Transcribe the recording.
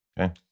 Okay